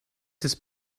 das